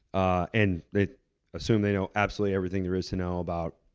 ah and they assume they know absolutely everything there is to know about